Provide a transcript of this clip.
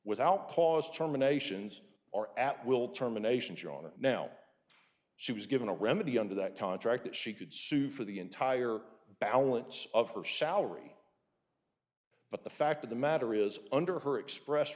without cause terminations or at will terminations are on it now she was given a remedy under that contract that she could sue for the entire balance of her salary but the fact of the matter is under her express